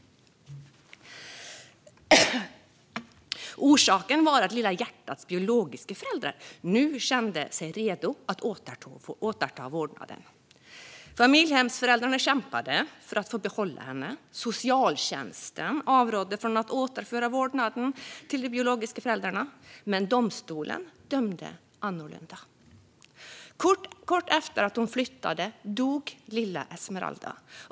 Orsaken var att "Lilla hjärtats" biologiska föräldrar nu kände sig redo att återta vårdnaden. Familjehemsföräldrarna kämpade för att få behålla henne. Socialtjänsten avrådde också från att återföra vårdnaden till de biologiska föräldrarna, men domstolen dömde annorlunda. Kort efter att hon flyttade dog lilla Esmeralda.